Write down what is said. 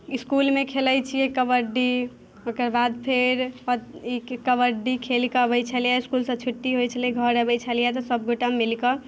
इसकुलमे खेलै छिए कबड्डी ओकरबाद फेर प ई कबड्डी खेलिकऽ अबै छलिए इसकुलसँ छुट्टी होइ छलै घर अबै छलिए तऽ सबगोटा मिलिकऽ